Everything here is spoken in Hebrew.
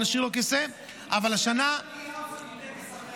כיסא לאליהו זה מטקס אחר.